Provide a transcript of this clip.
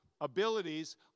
abilities